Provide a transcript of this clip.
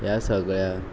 ह्या सगळ्या